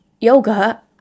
yoga